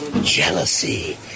jealousy